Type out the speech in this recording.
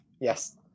Yes